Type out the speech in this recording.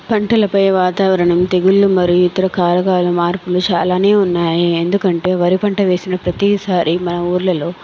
పంటలపై వాతావరణం తెగుళ్లు మరియు ఇతర కారకాలు మార్పులు చాలానే ఉన్నాయి ఎందుకంటే వరి పంట వేసిన ప్రతీసారి మన ఊర్లలల్లో